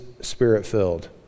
spirit-filled